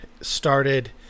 started